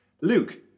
Luke